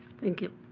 thank you.